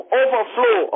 overflow